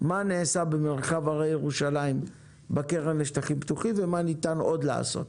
מה נעשה במרחב הרי ירושלים בקרן לשטחים פתוחים ומה ניתן עוד לעשות,